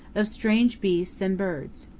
of strange beasts and birds.